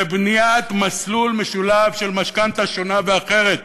בבניית מסלול משולב של משכנתה שונה ואחרת.